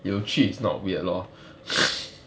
有趣 is not weird lor